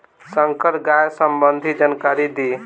संकर गाय सबंधी जानकारी दी?